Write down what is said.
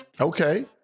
Okay